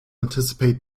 anticipate